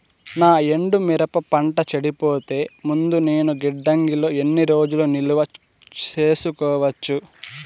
నా ఎండు మిరప పంట చెడిపోయే ముందు నేను గిడ్డంగి లో ఎన్ని రోజులు నిలువ సేసుకోవచ్చు?